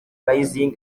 rising